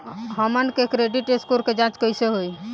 हमन के credit score के जांच कैसे होइ?